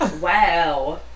Wow